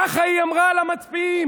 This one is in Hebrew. כך היא אמרה למצביעים.